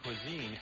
cuisine